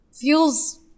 feels